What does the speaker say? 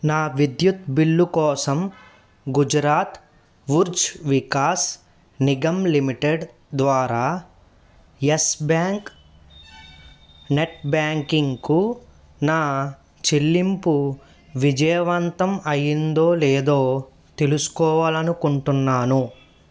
నా విద్యుత్ బిల్లు కోసం గుజరాత్ ఉర్జా వికాస్ నిగమ్ లిమిటెడ్ ద్వారా ఎస్ బ్యాంక్ నెట్బ్యాంకింగ్కు నా చెల్లింపు విజయవంతం అయ్యిందో లేదో తెలుసుకోవాలనుకుంటున్నాను